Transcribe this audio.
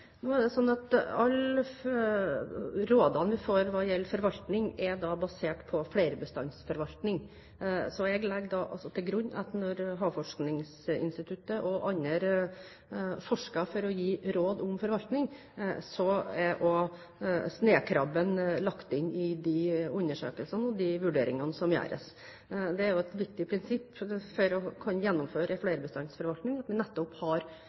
Nå er det sånn at alle rådene vi får hva gjelder forvaltning, er basert på flerbestandsforvaltning, så jeg legger til grunn at når Havforskningsinstituttet og andre forsker for å gi råd om forvaltning, er også snøkrabben lagt inn i de undersøkelsene og vurderingene. Det er et viktig prinsipp for å kunne gjennomføre en flerbestandsforvaltning at man nettopp